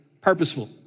purposeful